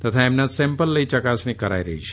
તથા તેમના સેમ્પલ લઈ ચકાસણી કરાઈ રહી છે